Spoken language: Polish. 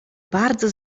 bardzo